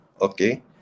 Okay